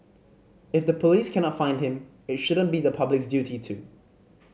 if the police cannot find him it shouldn't be the public's duty to